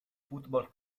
football